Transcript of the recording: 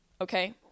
Okay